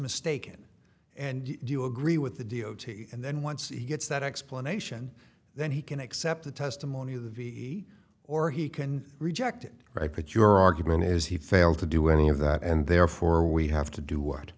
mistaken and do you agree with the d o t and then once he gets that explanation then he can accept the testimony of the v or he can reject it right put your argument is he failed to do any of that and therefore we have to do